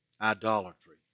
Idolatry